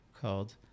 called